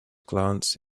glance